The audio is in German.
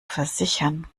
versichern